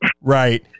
Right